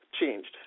changed